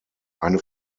eine